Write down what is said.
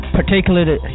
particularly